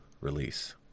release